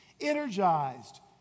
energized